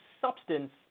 substance